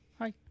Hi